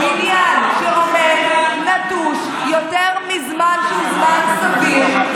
בניין שעומד נטוש יותר מזמן שהוא זמן סביר,